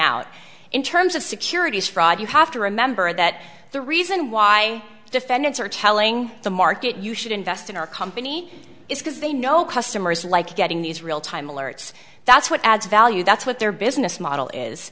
out in terms of securities fraud you have to remember that the reason why defendants are telling the market you should invest in our company is because they know customers like getting these real time alerts that's what adds value that's what their business model is